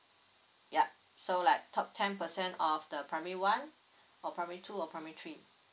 yup so like top ten percent of the primary one or primary two or primary three